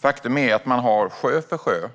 Faktum är att man sjö för sjö